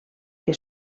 que